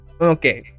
Okay